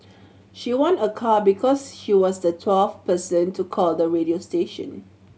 she won a car because she was the twelfth person to call the radio station